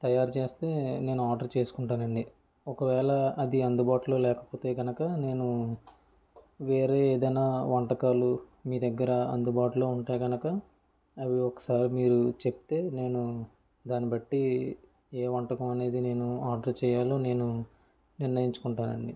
తయారు చేస్తే నేను ఆర్డర్ చేసుకుంటానండి ఒకవేళ అది అందుబాటులో లేకపోతే గనక నేను వేరే ఏదైనా వంటకాలు మీ దగ్గర అందుబాటులో ఉంటే గనక అవి ఒక్కసారి మీరు చెప్తే నేను దాని బట్టి ఏ వంటకం అనేది ఆర్డర్ చేయాలో నేను నిర్ణయించుకుంటాను అండి